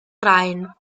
rhein